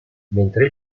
mentre